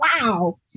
wow